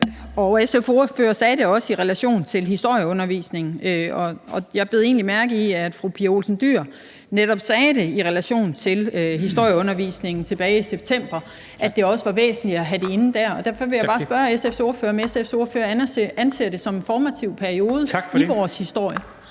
SF's ordfører nævnte det også i relation til historieundervisningen, og jeg bed også mærke i, at fru Pia Olsen Dyhr tilbage i september netop sagde, at det i relation til historieundervisningen også var væsentligt at have det med der. Derfor vil jeg bare spørge SF's ordfører, om SF's ordfører anser det som en informativ periode i vores historie. Kl.